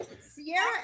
Sierra